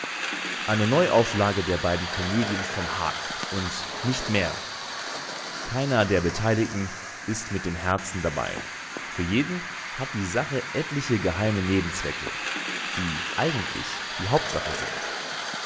eine neuauflage der beiden komödien vom haag und nicht mehr keiner der beteiligten ist mit dem herzen dabei für jeden hat die sache etliche geheime nebenzwecke die eigentlich die hauptsache sind